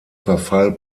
verfall